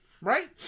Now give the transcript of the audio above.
right